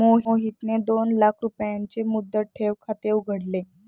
मोहितने दोन लाख रुपयांचे मुदत ठेव खाते उघडले